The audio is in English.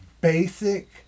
basic